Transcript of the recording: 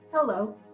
Hello